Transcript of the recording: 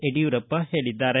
ಯಡಿಯೂರಪ್ಪ ಹೇಳಿದ್ದಾರೆ